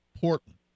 Portland